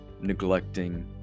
neglecting